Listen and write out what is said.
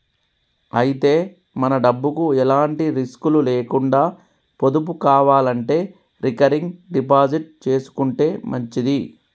అయితే మన డబ్బుకు ఎలాంటి రిస్కులు లేకుండా పొదుపు కావాలంటే రికరింగ్ డిపాజిట్ చేసుకుంటే మంచిది